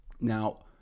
now